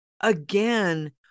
again